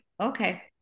Okay